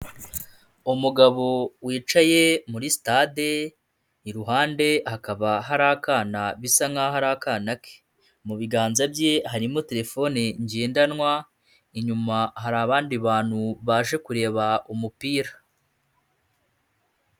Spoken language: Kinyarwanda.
Umugabo wicaye muri sitade iruhande hakaba hari akana bisa nkaho ari akana ke, mu biganza bye harimo terefone ngendanwa inyuma hari abandi bantu baje kureba umupira.